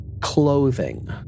clothing